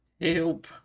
Help